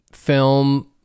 film